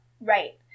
Right